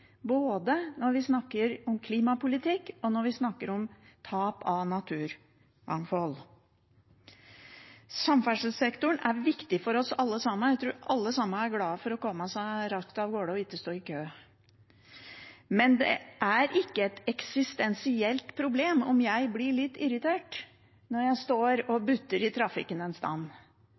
både når vi snakker om klimapolitikk, og når vi snakker om tap av naturmangfold. Samferdselssektoren er viktig for oss alle sammen. Jeg tror alle sammen er glad for å komme seg raskt av gårde og ikke stå i kø. Men det er ikke et eksistensielt problem om jeg blir litt irritert når jeg står og butter i trafikken